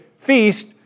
feast